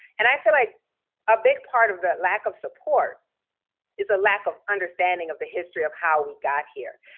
and i and like a big part of that lack of support is a lack of understanding of the history of how we got here.